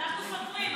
אנחנו סופרים עכשיו.